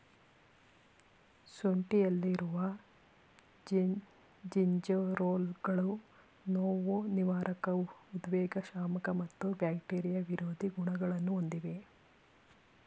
ಶುಂಠಿಯಲ್ಲಿರುವ ಜಿಂಜೆರೋಲ್ಗಳು ನೋವುನಿವಾರಕ ಉದ್ವೇಗಶಾಮಕ ಮತ್ತು ಬ್ಯಾಕ್ಟೀರಿಯಾ ವಿರೋಧಿ ಗುಣಗಳನ್ನು ಹೊಂದಿವೆ